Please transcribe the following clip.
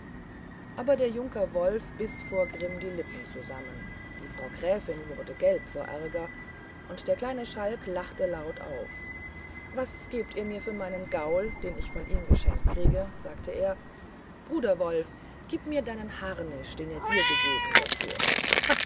aber der junker wolf biß vor grimm die lippen zusammen die frau gräfin wurde gelb vor ärger und der kleine schalk lachte laut auf was gebt ihr für meinen gaul den ich von ihm geschenkt kriege sagte er bruder wolf gib mir deinen harnisch den er dir gegeben dafür